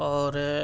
اور